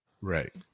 right